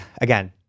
again